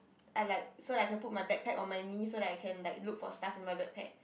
I like so like I can put my bag pack on my knee so that I can like look for stuff in my bag pack